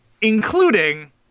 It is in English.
including